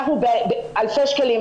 אלפי שקלים,